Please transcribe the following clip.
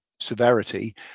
severity